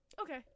Okay